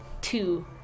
two